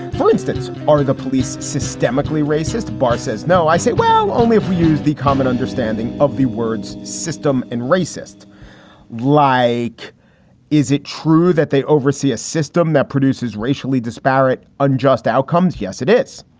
for instance, are the police systemically racist? barr says no i say, well, only if we use the common understanding of the words system and racist like is it true that they oversee a system that produces racially disparate, unjust outcomes? yes, it is.